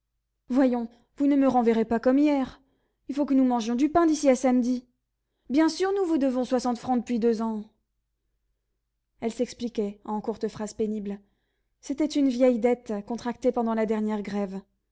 voyons vous ne me renverrez pas comme hier faut que nous mangions du pain d'ici à samedi bien sûr nous vous devons soixante francs depuis deux ans elle s'expliquait en courtes phrases pénibles c'était une vieille dette contractée pendant la dernière grève